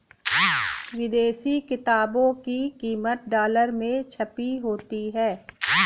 विदेशी किताबों की कीमत डॉलर में छपी होती है